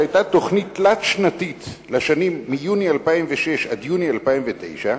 שהיתה תוכנית תלת-שנתית (לשנים יוני 2006 עד יוני 2009)